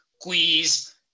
quiz